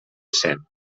cent